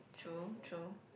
true true